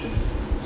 ya